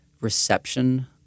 reception